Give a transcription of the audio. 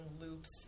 loops